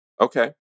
Okay